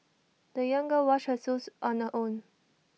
the young girl washed her shoes on her own